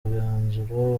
umwanzuro